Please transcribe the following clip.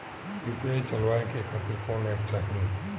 UPI चलवाए के खातिर कौन एप चाहीं?